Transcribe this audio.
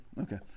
Okay